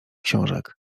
książek